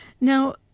Now